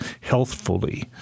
healthfully